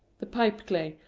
the pipeclay,